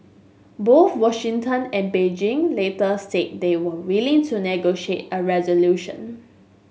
both Washington and Beijing later said they were willing to negotiate a resolution